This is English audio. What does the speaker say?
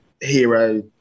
hero